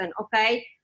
okay